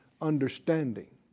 understanding